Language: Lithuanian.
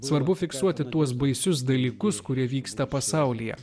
svarbu fiksuoti tuos baisius dalykus kurie vyksta pasaulyje